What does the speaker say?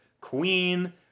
Queen